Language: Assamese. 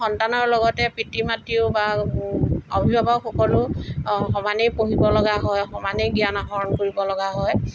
সন্তানৰ লগতে পিতৃ মাতৃও অভিভাৱকসকলেও সমানেই পঢ়িবলগা হয় সমানেই জ্ঞান আহৰণ কৰিবলগা হয়